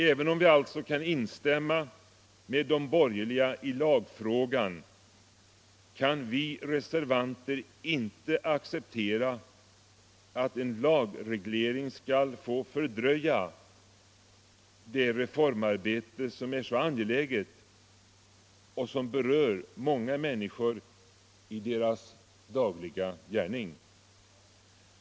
Även om vi alltså kan instämma med de borgerliga i lagfrågan kan vi reservanter inte acceptera att en lagreglering skall få fördröja det reformarbete som är så angeläget och som berör många människor i deras dagliga gärning.